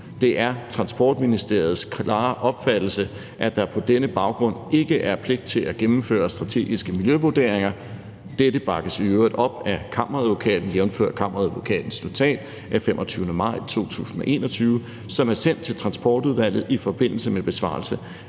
Det er Transportministeriets klare opfattelse, at der på denne baggrund ikke er pligt til at gennemføre strategiske miljøvurderinger (SMV). Dette bakkes i øvrigt op af Kammeradvokaten, jf. Kammeradvokatens notat af 25. maj 2021, som er sendt til Transportudvalget i forbindelse med besvarelse